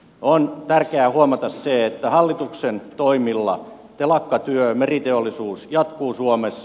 on tärkeää huomata se että hallituksen toimilla telakkatyö meriteollisuus jatkuu suomessa